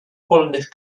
polnych